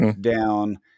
down